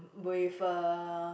with a